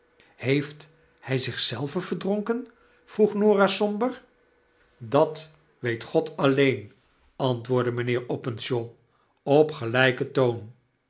heeft hij zich zelven verdronken vroeg norah somber dat weet god alleen antwoordde mijnheer openshaw op gelijken toon